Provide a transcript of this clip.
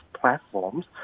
platforms